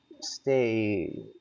stay